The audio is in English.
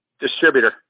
Distributor